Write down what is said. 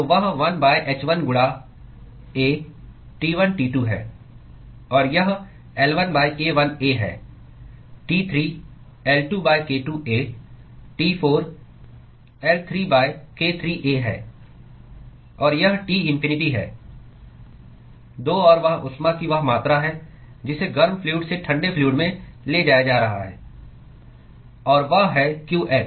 तो वह 1 h1 गुणा A T1T2 है और यह L1k1A है T3 L2 k2A T4 L3 k3A है और यह T इन्फिनिटी है 2 और वह ऊष्मा की वह मात्रा है जिसे गर्म फ्लूअड से ठंडे फ्लूअड में ले जाया जा रहा है और वह है qx